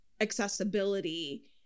accessibility